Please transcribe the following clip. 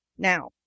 Now